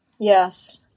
Yes